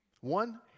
One